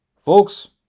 Folks